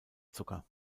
zucker